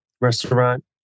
restaurant